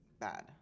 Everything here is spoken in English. bad